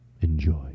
enjoy